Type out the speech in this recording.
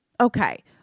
Okay